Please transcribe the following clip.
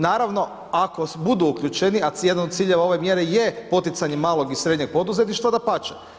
Naravno ako budu uključeni, a jedan od ciljeva ove mjere je poticanje malog i srednjeg poduzetništva dapače.